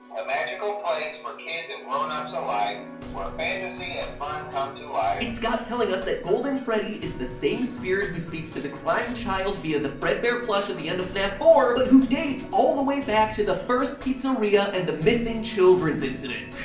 a magical place for kids and ground-ups alike, where fantasy and fun come to life it's scott telling us that golden freddy is the same spirit who speaks to the crying child via the fredbear plush at the end of fnaf four, but who dates all the way back to the first pizzeria and the missing children incident.